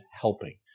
helping